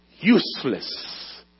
useless